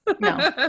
No